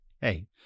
Hey